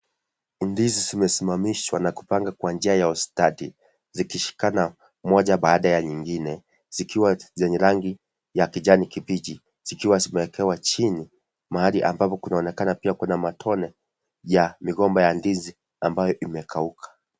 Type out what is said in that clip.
Mandizi zimesimamishwa na kupangwa kwa njia ya ustadi zikishikana moja baada ya nyingine zikiwa zenye rangi ya kijani kibichi zikiwa zimeekewa chini mahali ambapo kunaonekana pia kuna matone ya migomba ya ndizi ambayo imekauka.